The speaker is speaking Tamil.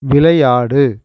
விளையாடு